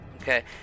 Okay